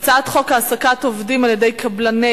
הצעת חוק העסקת עובדים על-ידי קבלני